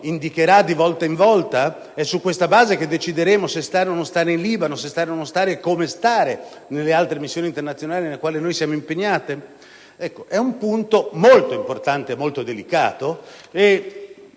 indicherà di volta in volta? È su questa base che decideremo se restare o no in Libano? Se restare o non restare (e come restare) nelle altre missioni internazionali nelle quali siamo impegnati? È un punto molto importante e molto delicato